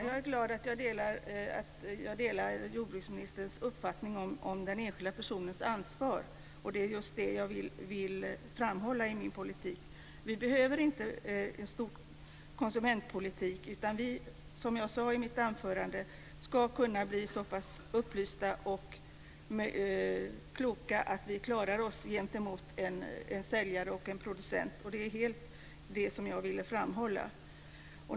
Fru talman! Jag är glad att jordbruksministern delar min uppfattning om den enskilda personens ansvar. Det är just detta jag vill framhålla i min politik. Vi behöver inte en stor konsumentpolitik utan ska, som jag sade i mitt anförande, kunna bli så pass upplysta och kloka att vi klarar oss gentemot en säljare och en producent. Det var detta jag ville framhålla.